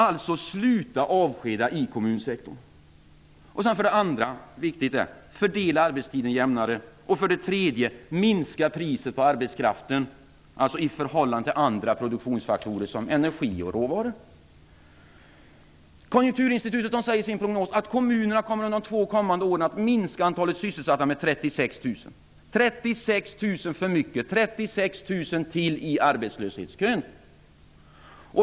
Alltså: Sluta avskeda i kommunsektorn! För det andra är det viktigt att fördela arbetstiden jämnare och för det tredje att minska priset på arbetskraften i förhållande till andra produktionsfaktorer som energi och råvaror. Konjunkturinstitutet säger i sin prognos att kommunerna under de två kommande åren kommer att minska antalet sysselsatta med 36 000. Det är 36 000 för mycket. Det är 36 000 till i arbetslöshetskön.